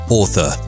author